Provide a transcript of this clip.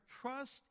trust